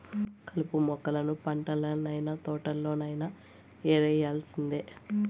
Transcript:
కలుపు మొక్కలను పంటల్లనైన, తోటల్లోనైన యేరేయాల్సిందే